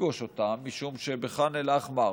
נפגוש אותם, משום שח'אן אל-אחמר